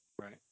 Right